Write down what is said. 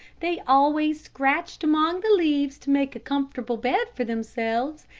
they always scratched among the leaves to make a comfortable bed for themselves,